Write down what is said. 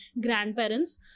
grandparents